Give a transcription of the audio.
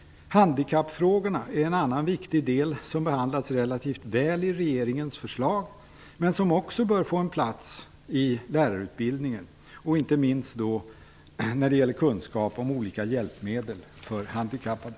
Handikappfrågorna är en annan viktig del, som behandlats relativt väl i regeringens förslag men som också bör få plats i lärarutbildningen, inte minst när det gäller kunskap om olika hjälpmedel för handikappade.